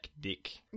dick